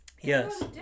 Yes